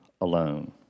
alone